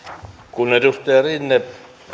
kun edustaja rinne